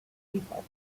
people